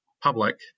public